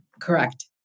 Correct